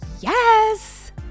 Yes